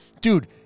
dude